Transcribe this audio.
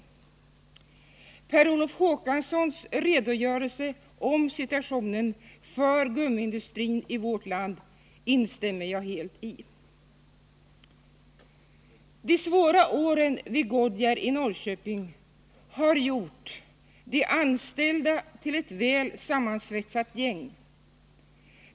Jag instämmer helt i Per Olof Håkanssons redogörelse för situationen inom gummiindustrin i vårt land. De svåra åren vid Goodyear i Norrköping har gjort de anställda till ett väl sammansvetsat gäng.